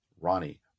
Ronnie